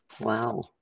Wow